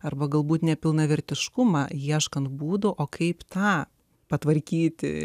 arba galbūt nepilnavertiškumą ieškant būdo o kaip tą patvarkyti